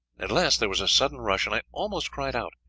at last there was a sudden rush, and i almost cried out.